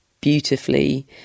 beautifully